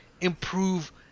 improve